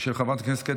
חברת הכנסת מירב